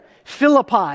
philippi